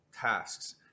tasks